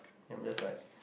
then I'm just like